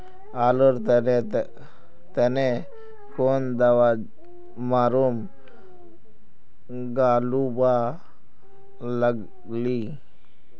आलूर तने तने कौन दावा मारूम गालुवा लगली?